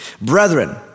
Brethren